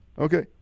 Okay